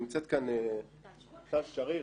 נמצאת כאן טל שריר,